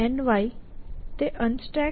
y તે UnStack